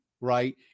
right